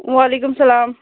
وَعلیکُم اَسَلام